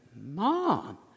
Mom